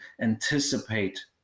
anticipate